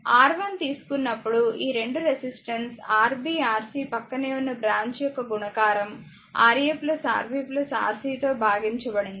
R1 తీసుకున్నప్పుడు ఈ 2 resistance Rb Rc ప్రక్కనే ఉన్న బ్రాంచ్ యొక్క గుణకారం Ra Rb Rc తో భాగించబడింది